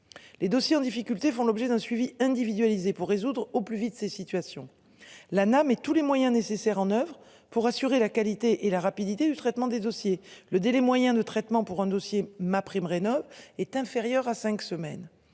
Les dossiers en difficulté font l'objet d'un suivi individualisé pour résoudre au plus vite ces situations-là n'a, mais tous les moyens nécessaires en oeuvre pour assurer la qualité et la rapidité du traitement des dossiers. Le délai moyen de traitement pour un dossier MaPrimeRénov est inférieur à cinq semaines